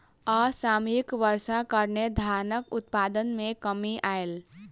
असामयिक वर्षाक कारणें धानक उत्पादन मे कमी आयल